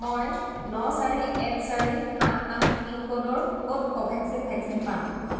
মই ন চাৰি এক চাৰি সাত আঠ পিনক'ডৰ ক'ত কোভেক্সিন ভেকচিন পাম